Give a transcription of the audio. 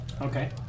Okay